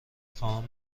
خواهم